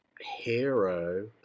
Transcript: Hero